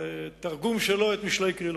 בתרגום שלו למשלי קרילוב.